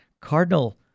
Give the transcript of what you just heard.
Cardinal